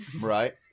right